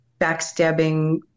backstabbing